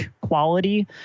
quality